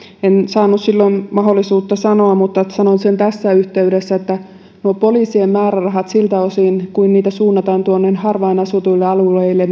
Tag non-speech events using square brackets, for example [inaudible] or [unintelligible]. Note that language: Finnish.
en saanut silloin mahdollisuutta sanoa mutta sanon sen tässä yhteydessä että nuo poliisien määrärahat siltä osin kuin niitä suunnataan harvaan asutuille alueille [unintelligible]